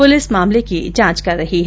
police मामले की जांच कर रही है